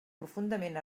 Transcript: profundament